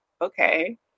okay